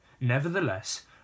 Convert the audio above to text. Nevertheless